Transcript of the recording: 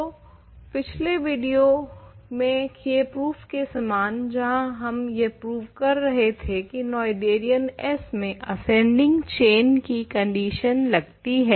तो पिछले विडियो में किये प्रूफ के समान जहाँ हम यह प्रूव कर रहे थे की नोएथेरियन S में असेंडिंग चैन की कंडीशन लगती है